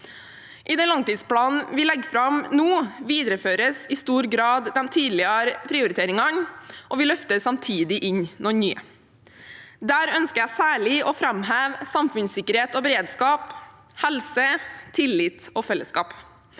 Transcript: I den langtidsplanen vi legger fram nå, videreføres i stor grad de tidligere prioriteringene, og vi løfter samtidig inn noen nye. Der ønsker jeg særlig å framheve samfunnssikkerhet og beredskap, helse, tillit og fellesskap.